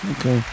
Okay